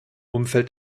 umfeld